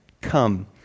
Come